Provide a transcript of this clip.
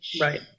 Right